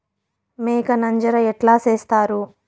మేక నంజర ఎట్లా సేస్తారు?